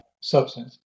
substance